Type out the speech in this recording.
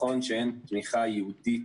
נכון שאין תמיכה ייעודית